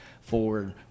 forward